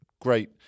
Great